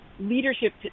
Leadership